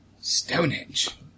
Stonehenge